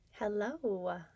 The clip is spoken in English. Hello